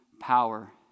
power